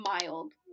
mild